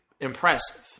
impressive